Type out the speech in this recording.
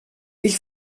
ich